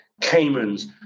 Caymans